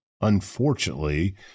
unfortunately